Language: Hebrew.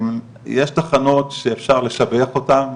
שיש תחנות שאפשר לשבח אותם,